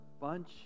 bunch